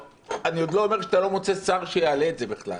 אני עוד לא אומר שאתה לא מוצא שר שיעלה את זה בכלל,